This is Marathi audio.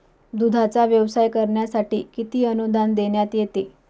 दूधाचा व्यवसाय करण्यासाठी किती अनुदान देण्यात येते?